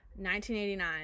1989